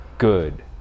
Good